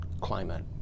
climate